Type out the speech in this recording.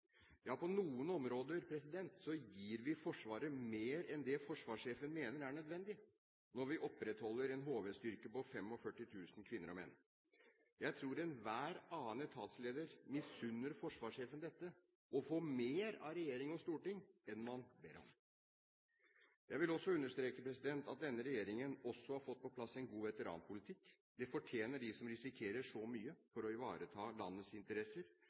Ja, på noen områder gir vi Forsvaret mer enn det forsvarssjefen mener er nødvendig, når vi opprettholder en HV-styrke på 45 000 kvinner og menn. Jeg tror enhver annen etatsleder misunner forsvarssjefen dette: å få mer av regjering og storting enn man ber om! Jeg vil understreke at denne regjeringen også har fått på plass en god veteranpolitikk. Det fortjener de som risikerer så mye for å ivareta landets interesser